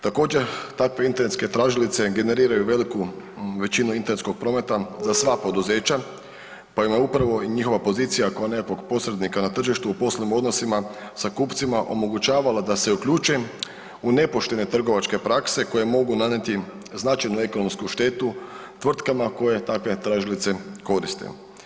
Također, …/nerazumljivo/… tražilice generiraju veliku internetskog prometa za sva poduzeća pa im je upravo njihova pozicija kao nekakvog posrednika na tržištu u poslovnim odnosima sa kupcima omogućavala da se uključe u nepoštene trgovačke prakse koje mogu nanijeti značajnu ekonomsku štetu tvrtkama koje takve tražilice koriste.